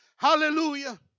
Hallelujah